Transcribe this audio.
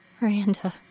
Miranda